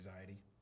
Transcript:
anxiety